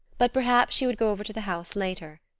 but perhaps she would go over to the house later.